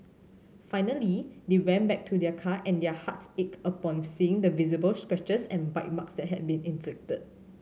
finally they went back to their car and their hearts ached upon seeing the visible scratches and bite marks that had been inflicted